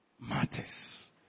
matters